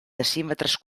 decímetres